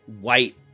white